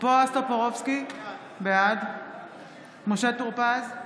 בועז טופורובסקי, בעד משה טור פז,